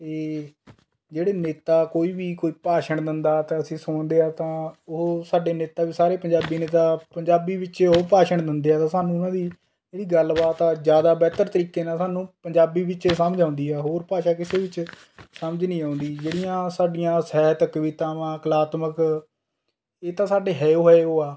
ਅਤੇ ਜਿਹੜੇ ਨੇਤਾ ਕੋਈ ਵੀ ਕੋਈ ਭਾਸ਼ਣ ਦਿੰਦਾ ਤਾਂ ਅਸੀਂ ਸੁਣਦੇ ਹਾਂ ਤਾਂ ਉਹ ਸਾਡੇ ਨੇਤਾ ਵੀ ਸਾਰੇ ਪੰਜਾਬੀ ਨੇ ਤਾਂ ਪੰਜਾਬੀ ਵਿੱਚ ਹੀ ਉਹ ਭਾਸ਼ਣ ਦਿੰਦੇ ਹੈ ਅਤੇ ਸਾਨੂੰ ਉਨ੍ਹਾਂ ਦੀ ਜਿਹੜੀ ਗੱਲਬਾਤ ਹੈ ਜ਼ਿਆਦਾ ਬਿਹਤਰ ਤਰੀਕੇ ਨਾਲ ਸਾਨੂੰ ਪੰਜਾਬੀ ਵਿੱਚ ਹੀ ਸਮਝ ਆਉਂਦੀ ਹੈ ਹੋਰ ਭਾਸ਼ਾ ਕਿਸੇ ਵਿੱਚ ਸਮਝ ਨਹੀਂ ਆਉਂਦੀ ਜਿਹੜੀਆਂ ਸਾਡੀਆਂ ਸਾਹਿਤਕ ਕਵਿਤਾਵਾਂ ਕਲਾਤਮਕ ਇਹ ਤਾਂ ਸਾਡੇ ਹੈ ਹੀ ਇਹੋ ਹੈ